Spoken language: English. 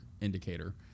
indicator